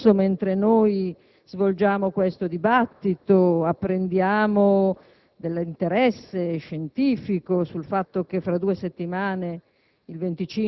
Oggi stesso, mentre svolgiamo questo dibattito, apprendiamo dell'interesse scientifico sul fatto che fra due settimane,